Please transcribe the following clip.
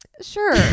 Sure